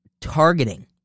targeting